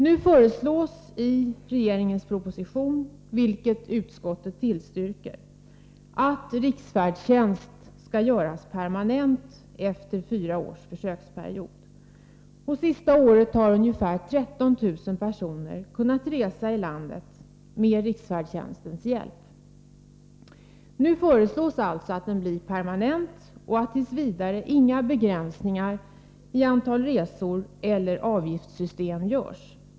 Nu föreslås i regeringens proposition, vilket utskottet tillstyrker, att riksfärdtjänsten skall göras permanent, efter en fyraårig försöksperiod. På sista året har ungefär 13 000 kunnat resa i landet med riksfärdtjänstens hjälp. Nu föreslås alltså att riksfärdtjänsten blir permanent och att t.v. inga begränsningar i antalet resor eller avgiftssystem skall göras.